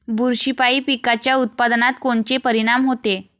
बुरशीपायी पिकाच्या उत्पादनात कोनचे परीनाम होते?